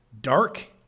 dark